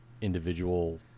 individual